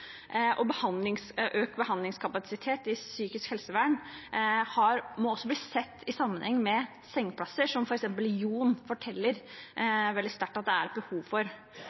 Økt behandlingskapasitet i psykisk helsevern må også ses i sammenheng med sengeplasser, som f.eks. «Jon» forteller veldig sterkt at det er et behov for.